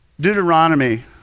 Deuteronomy